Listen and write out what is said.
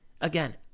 Again